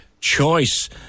choice